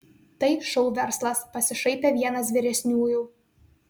tai šou verslas pasišaipė vienas vyresniųjų